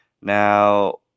Now